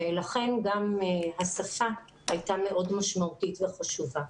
ולכן גם השפה הייתה מאוד משמעותית וחשובה.